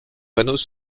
panneaux